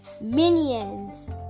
Minions